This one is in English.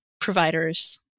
providers